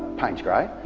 payne's grey,